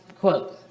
quote